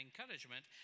encouragement